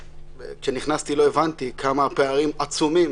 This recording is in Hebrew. כשנכנסתי לא הבנתי כמה הפערים עצומים